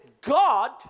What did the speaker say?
God